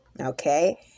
okay